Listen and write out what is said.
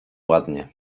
ładnie